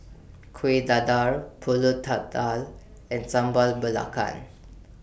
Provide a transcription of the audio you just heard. Kueh Dadar Pulut Tatal and Sambal Belacan